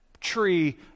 tree